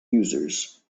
users